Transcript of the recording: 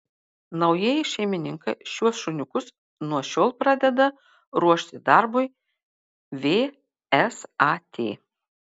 naujieji šeimininkai šiuos šuniukus nuo šiol pradeda ruošti darbui vsat